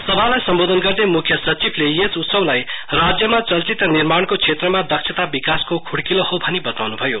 सभालाई सम्बोधन गर्दै मुख्य सचिवले यस उत्सवलाई राज्यमा चलचित्र निर्माणको क्षेत्रमा दक्षता विकासको खुड़किलो हो भनी बताउन् भयो